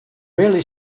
really